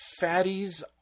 fatties